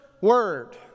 word